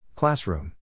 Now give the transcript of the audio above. Classroom